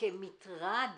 כמטרד